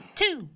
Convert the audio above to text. two